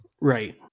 Right